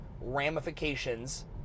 ramifications